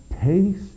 taste